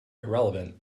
irrelevant